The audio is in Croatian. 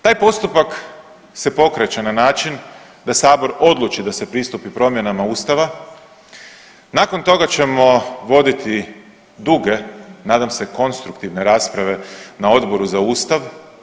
Taj postupak se pokreće na način da sabor odluči da se pristupi promjenama Ustava, nakon toga ćemo voditi duge nadam se konstruktivne rasprave na Odboru za Ustav.